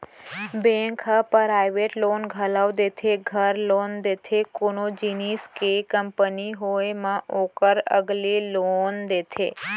bank ह private loan घलौ देथे, घर लोन देथे, कोनो जिनिस के कंपनी होय म ओकर अलगे लोन देथे